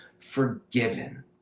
forgiven